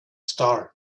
star